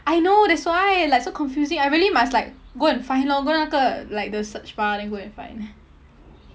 I know that's why like so confusing I really must like go and find lor go 那个 like the search bar then go and find